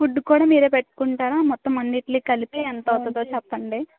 food కూడా మీరే పెట్టుకుంటారా మొత్తం అన్నింటికీ కలిపి ఎంత అవుతుందో చెప్పండి